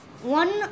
One